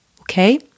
okay